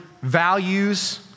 values